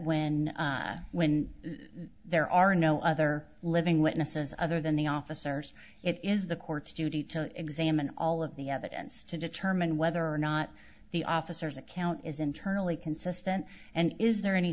when when there are no other living witnesses other than the officers it is the court's duty to examine all of the evidence to determine whether or not the officers account is internally consistent and is there any